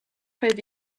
five